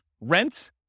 rent